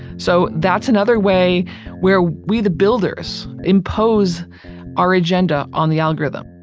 so that's another way where we, the builders, impose our agenda on the algorithm